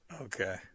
Okay